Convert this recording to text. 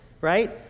right